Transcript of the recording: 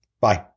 Bye